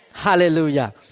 Hallelujah